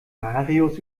marius